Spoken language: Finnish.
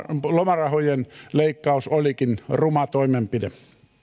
lomarahojen leikkaus olikin ruma toimenpide